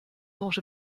thought